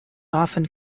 often